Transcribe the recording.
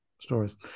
stories